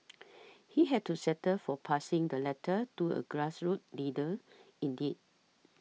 he had to settle for passing the letter to a grassroots leader indeed